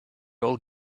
all